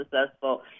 successful